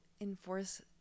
enforce